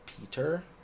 Peter